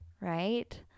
right